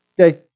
Okay